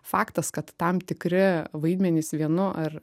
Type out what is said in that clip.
faktas kad tam tikri vaidmenys vienu ar